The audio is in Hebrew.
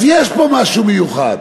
אז יש פה משהו מיוחד.